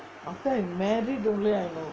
after I married only I know